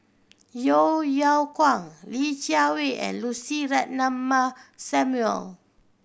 Yeo Yeow Kwang Li Jiawei and Lucy Ratnammah Samuel